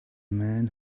man